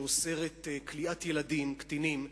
שאוסרת כליאת ילדים קטינים,